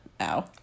ow